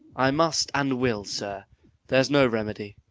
i must and will, sir there's no remedy.